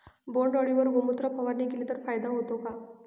बोंडअळीवर गोमूत्र फवारणी केली तर फायदा होतो का?